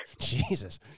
jesus